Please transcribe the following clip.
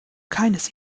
keines